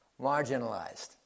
marginalized